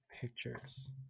pictures